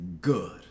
good